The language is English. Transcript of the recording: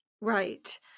Right